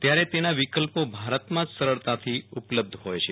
ત્યારે તેના વિકલ્પો ભારતમાં જ સરળતાથી ઉપલબ્ધ હોય છે